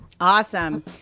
Awesome